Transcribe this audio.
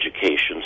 education